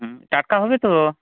টাটকা হবে তো